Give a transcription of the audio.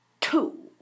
Two